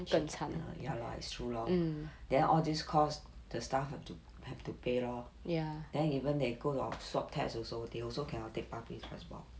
ya lor it's true lor then all this cost the staff have to pay lor then even they go for swab test also they also cannot take public transport